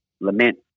lament